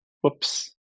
Whoops